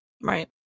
Right